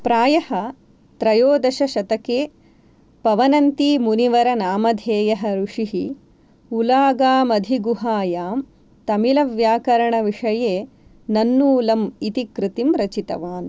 प्रायः त्रयोदशशतके पवनन्तीमुनिवरनामधेयः ऋषिः उलागामधिगुहायां तमिलव्याकरणविषये नन्नूल् इति कृतिं रचितवान्